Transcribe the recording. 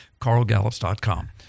carlgallops.com